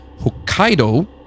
Hokkaido